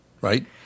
right